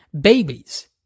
babies